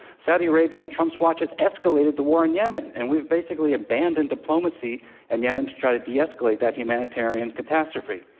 saudi arabia, on trump's watch, has escalated the war in yemen, and we've basically abandoned diplomacy in and yemen to try to de-escalate that humanitarian catastrophe.